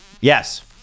Yes